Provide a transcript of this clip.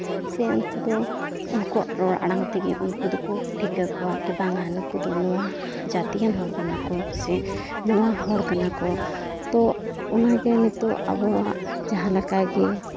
ᱥᱮ ᱩᱱᱠᱩ ᱫᱚ ᱩᱱᱠᱩᱣᱟᱜ ᱨᱚᱲ ᱟᱲᱟᱝ ᱛᱮᱜᱮ ᱩᱱᱠᱩ ᱫᱚᱠᱚ ᱴᱷᱤᱠᱟᱹ ᱠᱚᱣᱟ ᱠᱤ ᱵᱟᱝᱟ ᱱᱩᱠᱩ ᱫᱚ ᱱᱚᱣᱟ ᱡᱟᱹᱛᱤᱭᱟᱱ ᱦᱚᱲ ᱠᱟᱱᱟ ᱠᱚ ᱥᱮ ᱱᱚᱣᱟ ᱦᱚᱲ ᱠᱟᱱᱟ ᱠᱚ ᱛᱚ ᱚᱱᱟ ᱜᱮ ᱱᱤᱛᱚᱜ ᱟᱵᱚᱣᱟ ᱡᱟᱦᱟᱸ ᱞᱮᱠᱟ ᱜᱮ